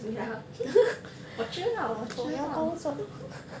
ya 我知道我知道